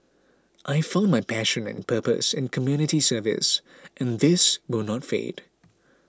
I found my passion and purpose in community service and this will not fade